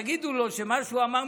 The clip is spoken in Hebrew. תגידו לו שמה שהוא אמר,